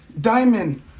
Diamond